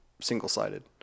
single-sided